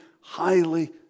highly